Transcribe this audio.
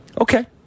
Okay